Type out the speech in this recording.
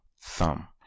thumb